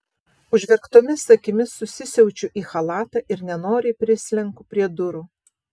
užverktomis akimis susisiaučiu į chalatą ir nenoriai prislenku prie durų